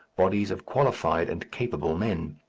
bodies of qualified and capable men.